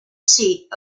seat